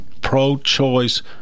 pro-choice